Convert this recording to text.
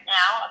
now